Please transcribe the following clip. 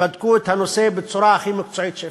שבדקו את הנושא בצורה הכי מקצועית שאפשר.